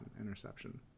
Interception